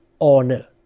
honor